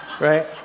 Right